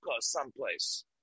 someplace